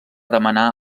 demanar